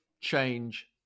change